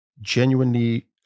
genuinely